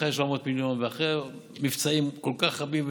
אחרי 700 המיליון ואחרי מבצעים כל כך רבים,